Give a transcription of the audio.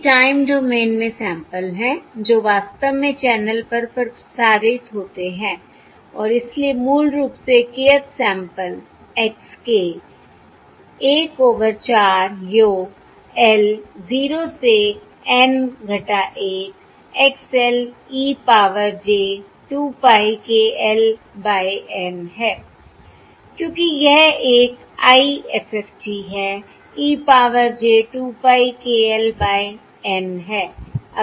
ये time domain में samples हैं जो वास्तव में चैनल पर प्रसारित होते हैं और इसलिए मूल रूप से kth sample x k 1 over 4 योग l 0 से N - 1 X l e power j 2 pie k l by N है क्योंकि यह एक IFFT है e power j 2 pie k l by N है